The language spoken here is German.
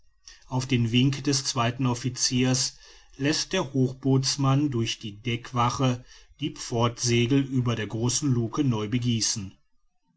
auf den wink des zweiten officiers läßt der hochbootsmann durch die deckwache die pfortsegel über der großen luke neu begießen